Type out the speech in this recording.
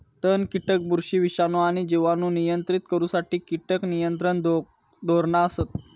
तण, कीटक, बुरशी, विषाणू आणि जिवाणू नियंत्रित करुसाठी कीटक नियंत्रण धोरणा असत